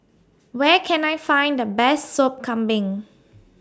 Where Can I Find The Best Sop Kambing